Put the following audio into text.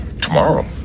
Tomorrow